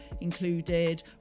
included